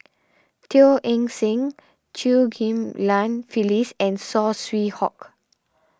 Teo Eng Seng Chew Ghim Lian Phyllis and Saw Swee Hock